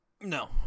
No